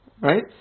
Right